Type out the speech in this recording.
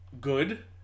good